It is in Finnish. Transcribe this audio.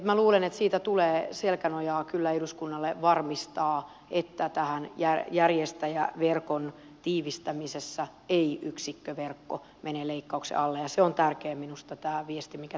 minä luulen että siitä tulee selkänojaa kyllä eduskunnalle varmistaa että tämän järjestäjäverkon tiivistämisessä ei yksikköverkko mene leikkauksen alle ja tämä viesti mikä teilläkin oli on minusta tärkeä